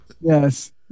Yes